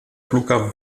flughafen